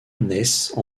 naissent